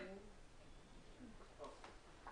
הרגשה טובה